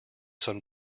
some